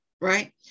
right